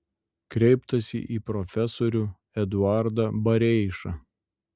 kreiptasi į profesorių eduardą bareišą